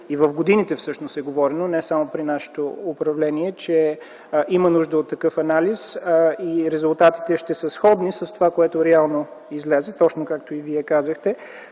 и в годините всъщност е говорено, не само при нашето управление, че има нужда от такъв анализ и резултатите ще са сходни с това, което реално излезе, точно както и Вие казахте.